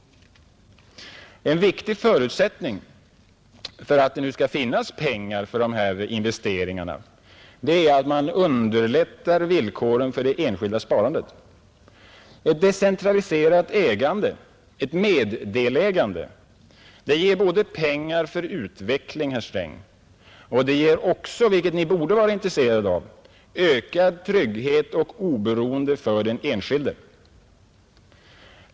En viktig förutsättning för att pengar nu skall finnas för dessa investeringar är att man underlättar villkoren för det enskilda sparandet. Ett decentraliserat ägande, ett meddelägande, ger både pengar för utveckling, herr Sträng, och — vilket Ni borde vara intresserad av — ökad trygghet och oberoende för den enskilde.